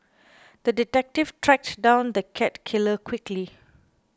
the detective tracked down the cat killer quickly